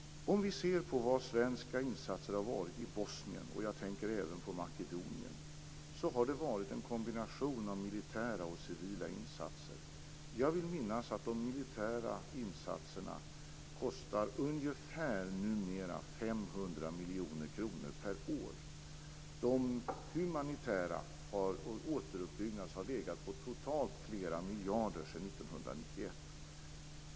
Om vi ser på de svenska insatserna i Bosnien - jag tänker även på Makedonien - finner vi att det har varit en kombination av militära och civila insatser. Jag vill minnas att de militära insatserna numera kostar ungefär 500 miljoner kronor per år. De humanitära insatserna och återuppbyggnadsinsatserna har legat på totalt flera miljarder sedan 1991.